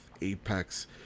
Apex